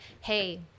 hey